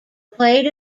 played